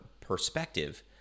perspective